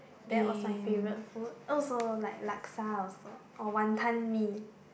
that was my favorite food I also like laksa also or wanton-mee